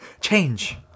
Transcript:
change